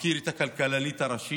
אני מכיר את הכלכלנית הראשית